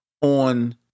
on